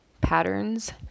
patterns